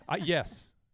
Yes